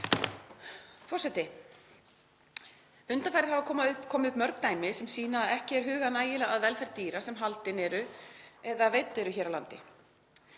Forseti. Undanfarið hafa komið upp mörg dæmi sem sýna að ekki er hugað nægilega að velferð dýra sem haldin eru eða veidd hér á landi.